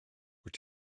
wyt